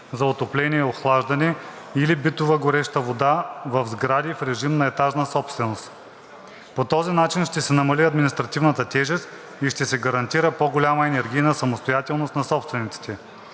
за отопление/охлаждане или битова гореща вода в сгради в режим на етажна собственост. По този начин ще се намали административната тежест и ще се гарантира по голяма енергийна самостоятелност на собствениците.